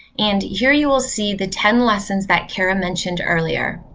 and here you will see the ten lessons that kara mentioned earlier.